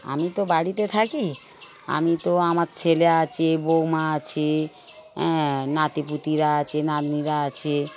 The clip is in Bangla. আমি তো বাড়িতে থাকি আমি তো আমার ছেলে আছে বৌমা আছে হ্যাঁ নাতিপুতিরা আছে নাতনিরা আছে